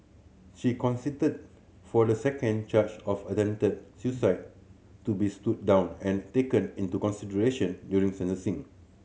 she consented for the second charge of attempted suicide to be stood down and taken into consideration during sentencing